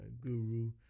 guru